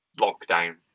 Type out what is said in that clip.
lockdown